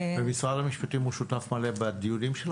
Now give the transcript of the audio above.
ומשרד המשפטים הוא שותף מלא בדיונים שלכם?